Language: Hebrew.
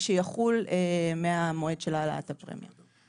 שיחול מהמועד של העלאת הפרמיה.